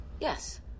Yes